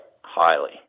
highly